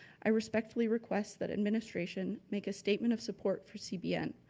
i respectfully request that administration make a statement of support for cbn.